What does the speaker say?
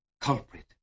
culprit